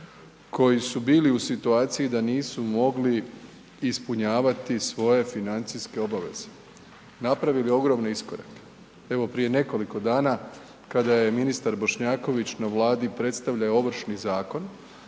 koji su bili u situaciji da nisu mogli ispunjavati svoje financijske obaveze, napravili ogromne iskorake. Evo prije nekoliko dana kada je ministar Bošnjaković na Vladi predstavljao Ovršni zakon